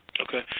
Okay